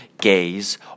gays